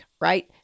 right